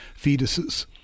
fetuses